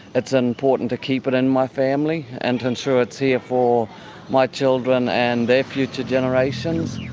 it's important to keep it in my family and to ensure it's here for my children and their future generations,